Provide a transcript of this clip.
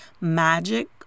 magic